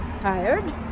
tired